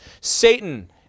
Satan